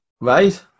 right